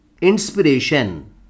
Inspiration